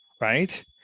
Right